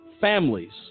families